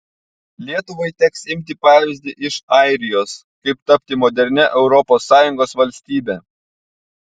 lietuvai teks imti pavyzdį iš airijos kaip tapti modernia europos sąjungos valstybe